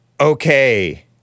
Okay